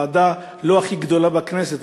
הוועדה לא הכי גדולה בכנסת,